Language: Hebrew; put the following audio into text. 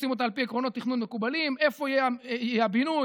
עושים אותה על פי עקרונות תכנון מקובלים: איפה יהיה הבינוי,